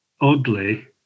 oddly